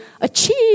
achieve